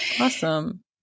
Awesome